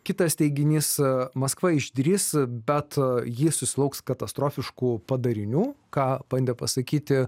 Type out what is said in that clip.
kitas teiginys esą maskva išdrįs bet ji susilauks katastrofiškų padarinių ką bandė pasakyti